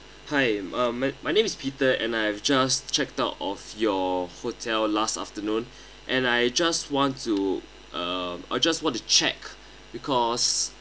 hi um my my name is peter and I've just checked out of your hotel last afternoon and I just want to uh I just want to check because